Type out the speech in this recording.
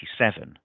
1987